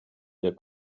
der